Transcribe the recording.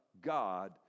God